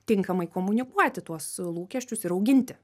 tinkamai komunikuoti tuos lūkesčius ir auginti